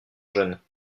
jeunes